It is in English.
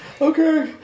Okay